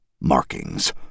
markings